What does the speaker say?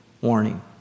warning